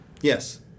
Yes